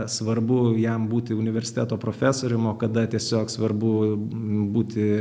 svarbu jam būti universiteto profesorium o kada tiesiog svarbu būti